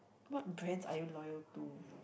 what brands are you loyal to